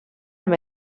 amb